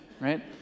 Right